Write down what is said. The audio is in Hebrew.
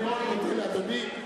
אני מאוד מודה לאדוני.